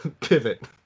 Pivot